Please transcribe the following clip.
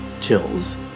chills